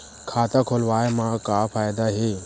खाता खोलवाए मा का फायदा हे